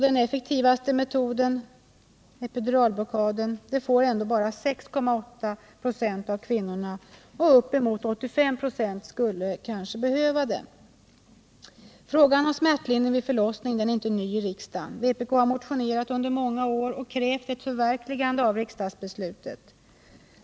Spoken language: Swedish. Den effektivaste metoden, epiduralblockaden, får ändå bara 6,8 26 av kvinnorna, och uppemot 85 96 skulle kanske behöva den. Frågan om smärtlindring vid förlossning är inte ny i riksdagen. Vpk har motionerat under många år och krävt ett förverkligande av riksdagsbeslutet.